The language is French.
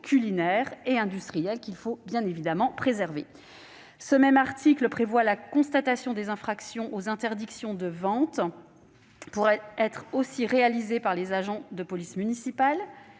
culinaires et industriels qu'il convient bien évidemment de préserver. Ce même article prévoit que la constatation des infractions aux interdictions de vente pourra être aussi réalisée par les agents de police municipale,